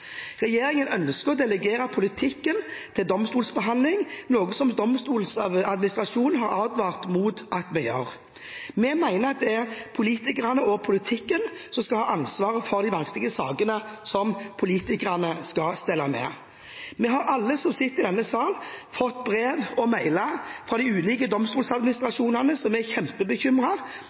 Regjeringen ønsker å delegere politikken til domstolsbehandling, noe som Domstoladministrasjonen har advart mot at vi gjør. Vi mener at det er politikerne og politikken som skal ha ansvaret for de vanskelige sakene som politikerne skal stelle med. Vi har, alle som sitter i denne sal, fått brev og mailer fra de ulike domstoladministrasjonene som er